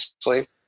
sleep